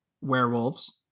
werewolves